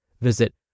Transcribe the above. Visit